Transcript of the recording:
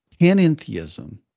panentheism